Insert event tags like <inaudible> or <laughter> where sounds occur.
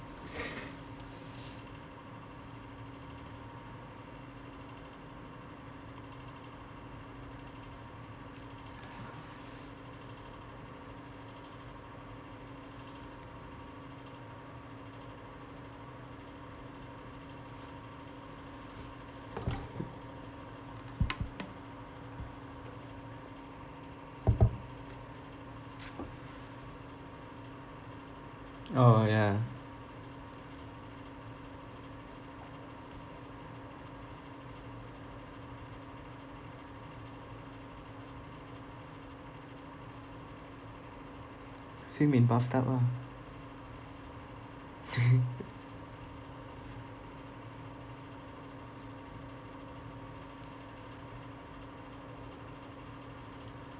<noise> oh ya <noise> swim in bathtub ah <laughs>